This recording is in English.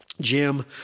jim